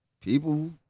people